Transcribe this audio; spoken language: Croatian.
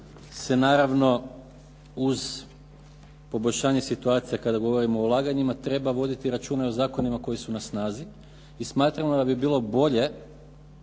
se naravno uz poboljšanje situacije kada govorimo o ulaganjima treba voditi računa i o zakonima koji su na snazi i smatramo da bi bilo bolje